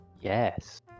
Yes